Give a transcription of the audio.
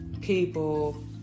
people